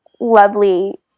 lovely